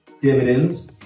dividends